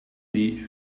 die